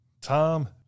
Tom